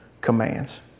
commands